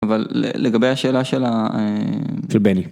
אבל לגבי השאלה של ה...של בני.